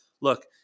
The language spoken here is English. Look